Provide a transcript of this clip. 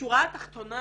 בשורה התחתונה